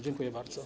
Dziękuję bardzo.